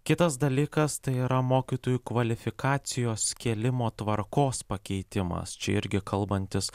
kitas dalykas tai yra mokytojų kvalifikacijos kėlimo tvarkos pakeitimas čia irgi kalbantis